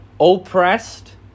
oppressed